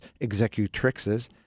executrixes